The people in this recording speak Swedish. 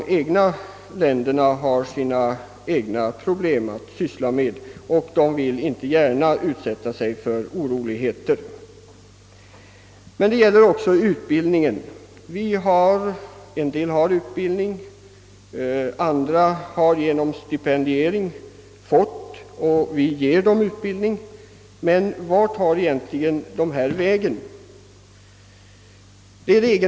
Dessa länder har emellertid, som sagt, sina egna problem och vill inte gärna riskera oroligheter i detta sammanhang. En del flyktingar har alltså redan utbildning och andra skaffar sig utbildning, bl.a. med hjälp av stipendier. Men vart tar egentligen dessa flyktingar vägen?